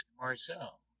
Marcel